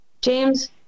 James